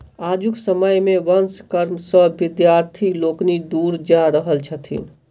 आजुक समय मे वंश कर्म सॅ विद्यार्थी लोकनि दूर जा रहल छथि